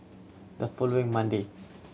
the following Monday